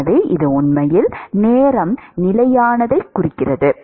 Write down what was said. எனவே இது உண்மையில் நேரம் நிலையானதைக் குறிக்கிறது